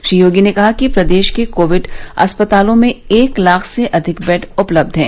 श्री योगी ने कहा कि प्रदेश के कोविड अस्पतालों में एक लाख से अधिक बेड उपलब्ध हैं